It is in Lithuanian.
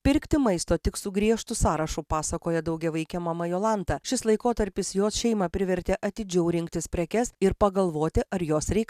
pirkti maisto tik su griežtu sąrašu pasakoja daugiavaikė mama jolanta šis laikotarpis jos šeimą privertė atidžiau rinktis prekes ir pagalvoti ar jos reik